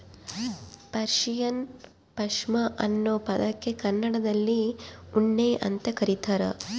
Persian ಪಾಷ್ಮಾ ಅನ್ನೋ ಪದಕ್ಕೆ ಕನ್ನಡದಲ್ಲಿ ಉಣ್ಣೆ ಅಂತ ಕರೀತಾರ